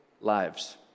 lives